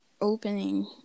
opening